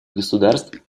государств